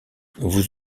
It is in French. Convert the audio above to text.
vous